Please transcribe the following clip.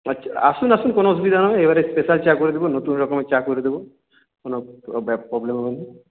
আচ্ছা আসুন আসুন কোনো অসুবিধা হবে না এবারে স্পেশাল চা করে দেবো নতুন রকমের চা করে দেবো তো প্রবলেম হবে না